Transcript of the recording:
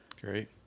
Great